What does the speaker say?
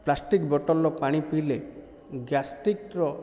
plastic ବୋତଲ୍ର ପାଣି ପିଇଲେ ଗ୍ୟାଷ୍ଟ୍ରିକ୍ର